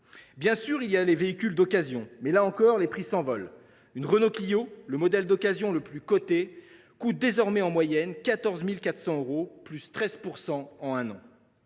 Bien sûr, il y a les véhicules d’occasion, mais, là encore, les prix s’envolent. Une Renault Clio, le modèle d’occasion le plus coté, coûte désormais en moyenne 14 400 euros ; elle a